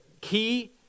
key